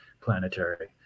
planetary